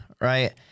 right